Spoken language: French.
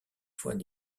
fois